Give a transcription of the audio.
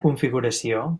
configuració